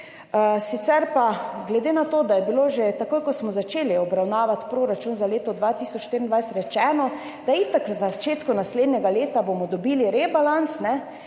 Sicer pa, glede na to, da je bilo že takoj, ko smo začeli obravnavati proračun za leto 2024, rečeno, da bomo itak v začetku naslednjega leta dobili rebalans,